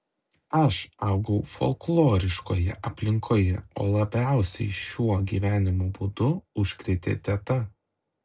aš augau folkloriškoje aplinkoje o labiausiai šiuo gyvenimo būdu užkrėtė teta